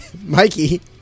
Mikey